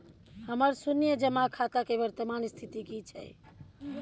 हमर शुन्य जमा खाता के वर्तमान स्थिति की छै?